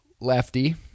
lefty